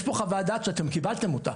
יש פה חוות דעת שאתם קיבלתם אותה.